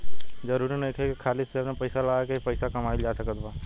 जरुरी नइखे की खाली शेयर में पइसा लगा के ही पइसा कमाइल जा सकत बा